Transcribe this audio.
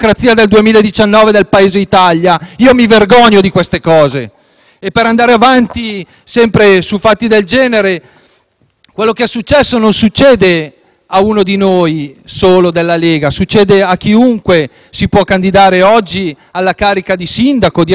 Per andare avanti sempre su fatti del genere, quello che è successo non accade solo a uno di noi della Lega, ma a chiunque si può candidare oggi alla carica di sindaco o di assessore al proprio Comune. Io mi auguro che la questura